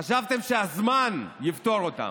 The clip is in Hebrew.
חשבתם שהזמן יפתור אותן,